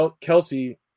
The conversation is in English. Kelsey